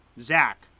Zach